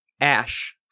Ash